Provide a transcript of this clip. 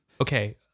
Okay